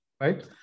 right